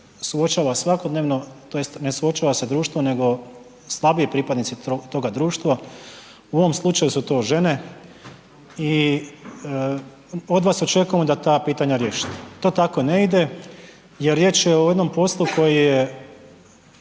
suočava svakodnevno, tj. ne suočava se društvo nego slabiji pripadnici toga društva. U ovom slučaju su to žene i od vas očekujemo da ta pitanja riješite. To tako ne ide, jer riječ je o jednom poslu koji je